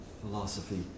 philosophy